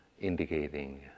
indicating